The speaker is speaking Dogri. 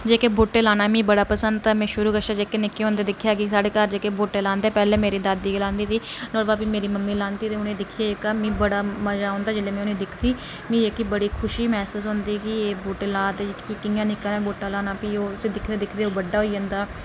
जेहके बूहटे लाना मिगी बडा पसंद ऐ में शुरु कशा जेहके निक्के होंदे दिक्ख कि साड़े घर जेहके बूहटे लांदे पहले मेरी दादी लांदी ही नुआढ़े बाद मेरी मम्मी लांदी ही ते हून जेहका तुहेंगी दिक्खियै मिगी बड़ा मजा ओंदा जेहले में उंहेगी दिक्खदी मि जेहकी बड़ी खुशी महसूस होंदी कि एह् बूहटे लादे कियां निका जेहा बूहटा लाना ते फिह् ओह् उसी दिखदे दिखदे ओह् बड्डा होई जंदा